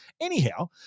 anyhow